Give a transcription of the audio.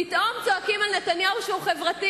פתאום צועקים על נתניהו שהוא חברתי.